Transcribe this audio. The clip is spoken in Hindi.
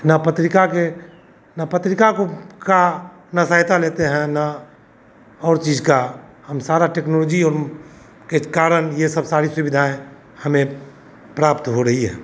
न पत्रिका के न पत्रिका को का सहायता लेते हैं न और चीज का हम सारा टेक्नोलोजी और के कारण ये सब सारी सुविधाएँ हमें प्राप्त हो रही है